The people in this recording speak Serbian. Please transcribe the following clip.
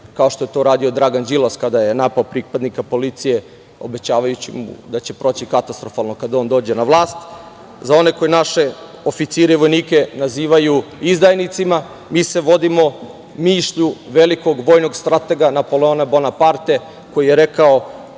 kao što je to radio Dragan Đilas kada je napao pripadnika policije, obećavajući mu da će proći katastrofalno kada on dođe na vlast, za one koje naše oficire i vojnike nazivaju izdajnicima, mi se vodimo mišlju velikog vojnog stratega Napoleona Bonaparte koji je rekao